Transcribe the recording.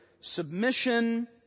submission